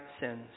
sins